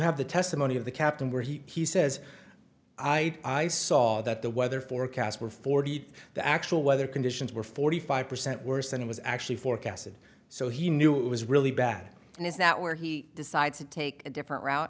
have the testimony of the captain where he says i i saw that the weather forecast were forty eight the actual weather conditions were forty five percent worse than it was actually forecasted so he knew it was really bad and is that where he decides to take a different route